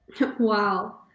Wow